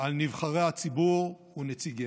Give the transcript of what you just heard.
על נבחרי הציבור ונציגיו.